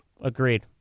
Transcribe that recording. Agreed